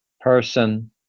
person